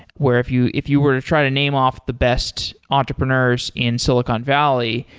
where if you if you were to try to name off the best entrepreneurs in silicon valley,